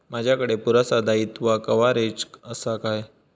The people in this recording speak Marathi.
माजाकडे पुरासा दाईत्वा कव्हारेज असा काय?